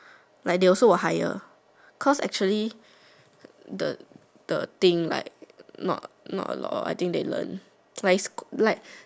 like they also will hire cause actually the thing like not a lot like like